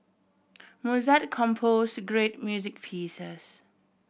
Mozart compose to great music pieces